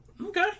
Okay